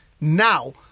Now